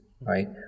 right